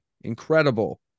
incredible